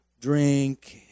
drink